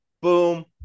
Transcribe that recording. boom